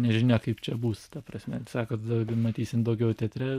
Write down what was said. nežinia kaip čia bus ta prasme sakot dau matysim daugiau teatre